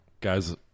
Guys